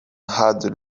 had